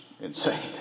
insane